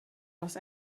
los